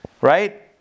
right